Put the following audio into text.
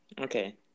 Okay